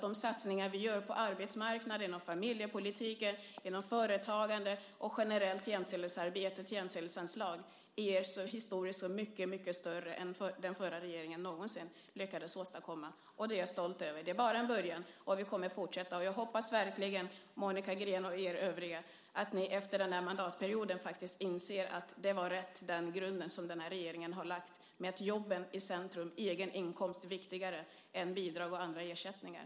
De satsningar vi gör på arbetsmarknaden, inom familjepolitiken, inom företagande och generellt jämställdhetsarbete via jämställdhetsanslag är historiska och mycket större än vad den förra regeringen någonsin lyckades åstadkomma. Det är jag stolt över, men det är bara en början. Vi kommer att fortsätta, och jag hoppas verkligen, Monica Green och övriga, att ni efter den här mandatperioden faktiskt inser att det här var rätt. Regeringen har lagt en grund med jobben i centrum eftersom en egen inkomst är viktigare än bidrag och andra ersättningar.